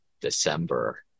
December